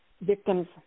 victims